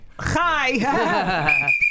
Hi